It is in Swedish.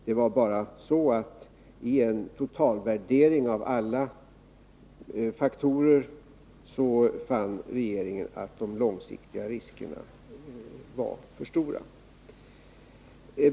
Det var bara så att regeringen vid en totalvärdering av alla faktorer fann att de långsiktiga riskerna var alltför stora.